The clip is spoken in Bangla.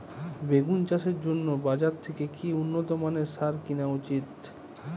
বেগুন চাষের জন্য বাজার থেকে কি উন্নত মানের সার কিনা উচিৎ?